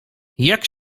jak